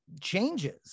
Changes